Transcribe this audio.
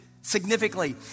significantly